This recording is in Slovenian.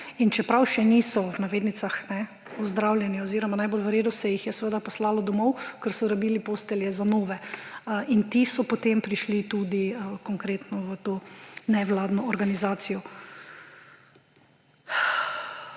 In čeprav še niso ‒ v navednicah ‒ ozdravljeni oziroma najbolj v redu, se jih je seveda poslalo domov, ker so rabili postelje za nove. In ti so potem tudi prišli konkretno v to nevladno organizacijo.